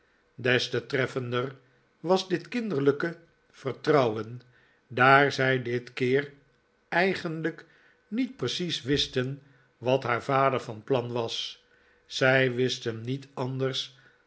des te tref fender was dit kinderlijke vertrouwen daar zij dit keer eigenlijk niet precies wisten wat haar vader van plan was zij wisten niet anders